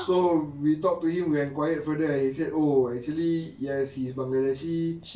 so we talk to him when quite further in he said oh actually yes he's bangladeshi